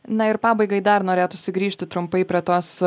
na ir pabaigai dar norėtųsi grįžti trumpai prie tos